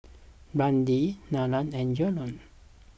Brandi Nina and Jerrel